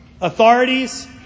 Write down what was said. authorities